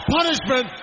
punishment